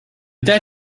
dead